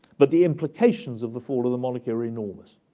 but the implications of the fall of the monarchy are enormous,